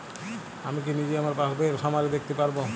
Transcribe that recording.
আমি কি নিজেই আমার পাসবইয়ের সামারি দেখতে পারব?